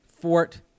Fort